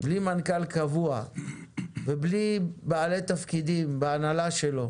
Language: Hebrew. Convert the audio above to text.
בלי מנכ"ל קבוע ובלי בעלי תפקידים בהנהלה שלו